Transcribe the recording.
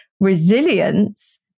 resilience